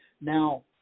Now